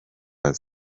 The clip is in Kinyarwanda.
arira